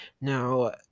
Now